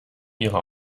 ihre